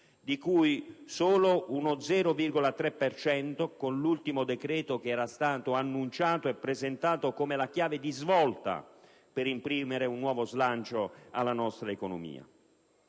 cento solo con l'ultimo decreto, che era stato annunciato e presentato come la chiave di svolta per imprimere un nuovo slancio alla nostra economia.